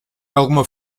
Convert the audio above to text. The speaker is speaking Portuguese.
alguma